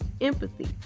empathy